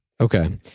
Okay